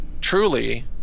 truly